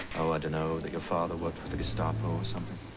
ah i don't know. that your father worked for the gestapo or something.